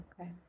okay